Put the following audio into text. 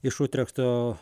iš utrechto